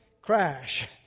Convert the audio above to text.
crash